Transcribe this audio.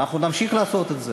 ואנחנו נמשיך לעשות את זה.